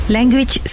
Language